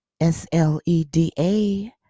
sleda